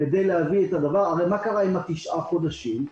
הרי מה קרה עם תשעה חודשים?